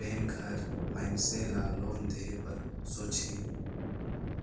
bank हर मइनसे ल लोन देहे बर सोंचही